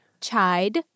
Chide